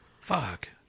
fuck